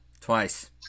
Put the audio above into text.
Twice